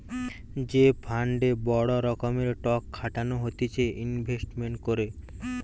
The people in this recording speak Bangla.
যে ফান্ডে বড় রকমের টক খাটানো হতিছে ইনভেস্টমেন্ট করে